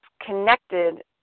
connected